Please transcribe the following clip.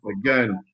again